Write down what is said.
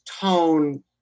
tone